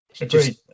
Agreed